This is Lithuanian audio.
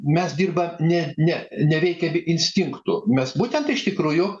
mes dirbam ne ne nereikia instinktų mes būtent iš tikrųjų